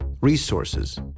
resources